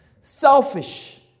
selfish